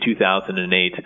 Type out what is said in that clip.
2008